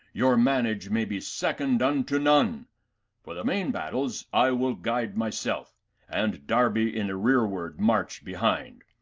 your manage may be second unto none for the main battles, i will guide my self and, darby, in the rearward march behind,